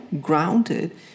grounded